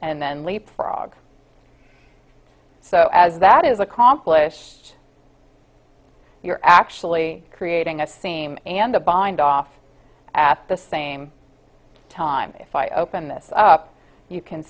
and then leapfrog so as that is accomplished you're actually creating a seam and to bind off at the same time if i open this up you can